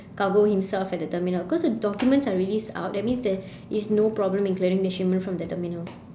cargo himself at the terminal cause the documents are released out that means there is no problem in clearing the shipment from the terminal